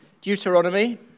Deuteronomy